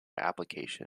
application